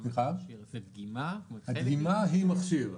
הדגימה היא מכשיר.